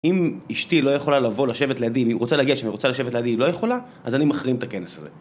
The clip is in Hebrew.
אם אשתי לא יכולה לבוא לשבת לידי, אם היא רוצה להגיע שאני רוצה לשבת לידי, היא לא יכולה, אז אני מחרים את הכנס הזה.